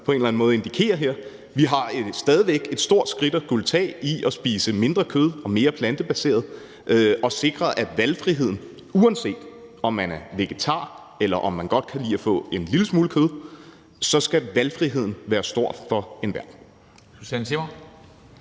på en eller anden måde indikerer her. Vi har stadig væk et stort skridt at skulle tage i at spise mindre kød og mere plantebaseret og i at sikre, at valgfriheden, uanset om man er vegetar, eller om man godt kan lide at få en lille smule kød, skal være stor for enhver.